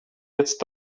jetzt